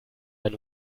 ein